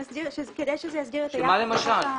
כדי שזה יסדיר את היחס לעמותות.